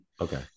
Okay